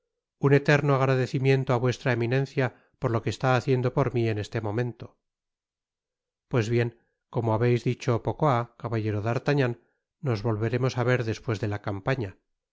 un eterno agradecimiento á vuestra eminencia por lo que está haciendo por mi en este momento pues bien como habeis dicho poco há caballero d'artagnan nos volveremos á ver despues de la campaña